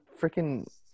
freaking